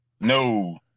no